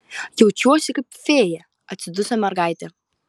jaučiuosi kaip fėja atsiduso mergaitė